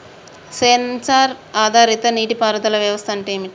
Censor ఆధారిత నీటి పారుదల వ్యవస్థ అంటే ఏమిటి?